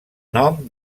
nom